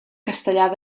castellar